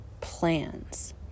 plans